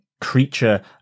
creature